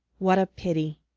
what a pity!